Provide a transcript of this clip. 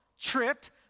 tripped